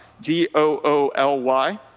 d-o-o-l-y